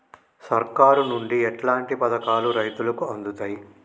సర్కారు నుండి ఎట్లాంటి పథకాలు రైతులకి అందుతయ్?